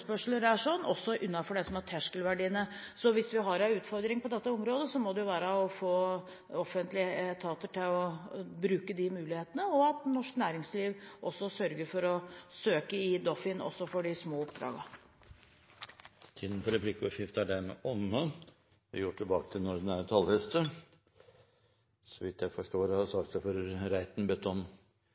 også innenfor det som er terskelverdiene. Hvis vi har en utfordring på dette området, må det være å få offentlige etater til å bruke de mulighetene, og at norsk næringsliv sørger for å søke i Doffin også for de små oppdragene. Replikkordskiftet er omme. De talere som heretter får ordet, har en taletid på inntil 3 minutter. Denne debatten har vist at det egentlig er tverrpolitisk enighet i Stortinget om